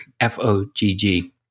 F-O-G-G